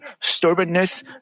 stubbornness